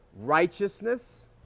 righteousness